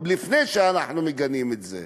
לפני שאנחנו מגנים את זה,